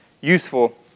useful